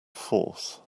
force